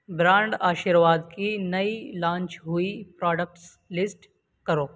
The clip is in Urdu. برانڈ آشیرواد کی نئی لانچ ہوئی پراڈکٹس لسٹ کرو